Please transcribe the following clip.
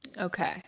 Okay